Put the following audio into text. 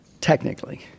technically